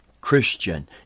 Christian